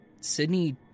Sydney